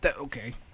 Okay